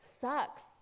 sucks